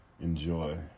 enjoy